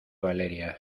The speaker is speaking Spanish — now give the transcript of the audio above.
valeria